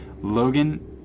Logan